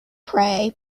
pray